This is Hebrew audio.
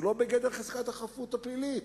שהוא לא בגדר חזקת החפות הפלילית,